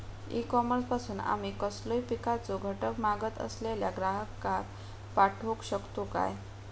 E commerce पासून आमी कसलोय पिकाचो घटक मागत असलेल्या ग्राहकाक पाठउक शकतू काय?